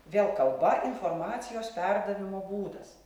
vėl kalba informacijos perdavimo būdas